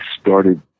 started